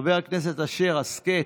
חבר הכנסת אשר, הסכת.